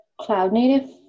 cloud-native